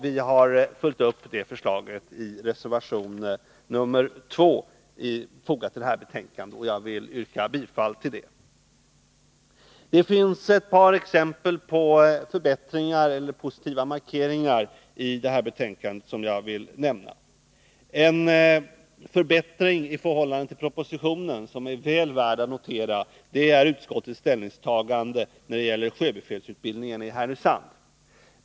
Vi har följt upp deras förslag i reservation 2, fogad vid detta betänkande. Jag ber att få yrka bifall till den reservationen. Det finns i detta betänkande ett par exempel på förbättringar eller positiva markeringar, som jag vill nämna. En förbättring i förhållande till propositionen är väl värd att notera. Den gäller utskottets ställningstagande till sjöbefälsutbildningen i Härnösand.